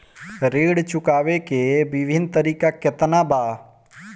ऋण चुकावे के विभिन्न तरीका केतना बा?